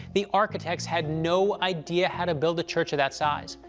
the architects had no idea how to build a church of that size,